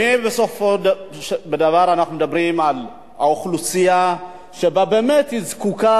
בסופו של דבר אנחנו מדברים על אוכלוסייה שבאמת זקוקה